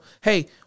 hey